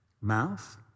mouth